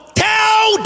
tell